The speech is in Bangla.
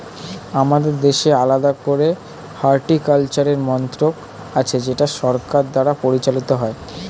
আমাদের দেশে আলাদা করে হর্টিকালচারের মন্ত্রক আছে যেটা সরকার দ্বারা পরিচালিত হয়